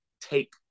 take